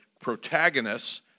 protagonists